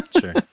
Sure